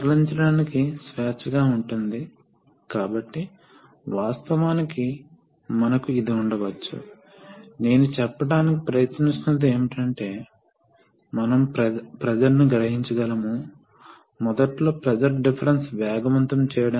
మరియు ఈ సందర్భంలో మనకు ఈ ఒక్క విషయం మాత్రమే ఉంది ఒక సోలేనోయిడ్ మరియు మరొక వైపు మాత్రమే ఉంది కాబట్టి మీరు సోలేనోయిడ్ను ఆపివేస్తే అది వస్తుంది కాబట్టి దీనికి రెండు పొజిషన్స్ మాత్రమే ఉన్నాయి